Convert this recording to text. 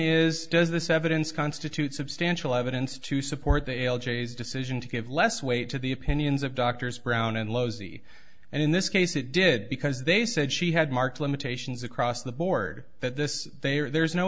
is does this evidence constitute substantial evidence to support the l j's decision to give less weight to the opinions of doctors brown and low z and in this case it did because they said she had marked limitations across the board that this they are there's no